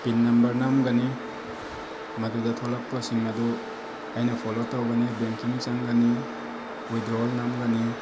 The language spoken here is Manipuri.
ꯄꯤꯟ ꯅꯝꯕꯔ ꯅꯝꯒꯅꯤ ꯃꯗꯨꯗ ꯊꯣꯛꯂꯛꯄꯁꯤꯡ ꯑꯗꯨ ꯑꯩꯅ ꯐꯣꯂꯣ ꯇꯧꯒꯅꯤ ꯕꯦꯡꯀꯤꯡ ꯆꯪꯒꯅꯤ ꯋꯤꯗ꯭ꯔꯣꯋꯦꯜ ꯅꯝꯒꯅꯤ